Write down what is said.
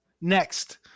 Next